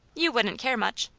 you wouldn't care much!